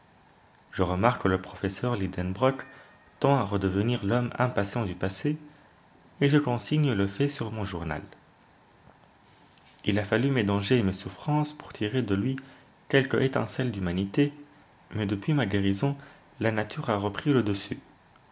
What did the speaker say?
je remarque que le professeur lidenbrock tend à redevenir l'homme impatient du passé et je consigne le fait sur mon journal il a fallu mes dangers et mes souffrances pour tirer de lui quelque étincelle d'humanité mais depuis ma guérison la nature a repris le dessus